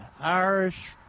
Irish